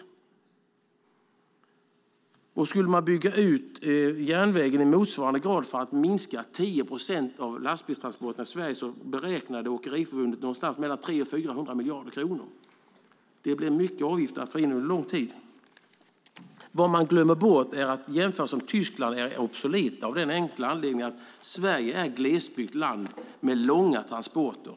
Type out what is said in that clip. Skulle man i motsvarande grad bygga ut järnvägen för att minska lastbilstransporterna i Sverige med 10 procent skulle kostnaden, enligt vad Åkeriförbundet har beräknat, bli någonstans mellan 300 och 400 miljarder kronor. Det blir mycket avgifter att ta in under lång tid. Vad man glömmer bort är att jämförelserna med Tyskland är obsoleta av den enkla anledningen att Sverige är ett glesbyggt land med långa transporter.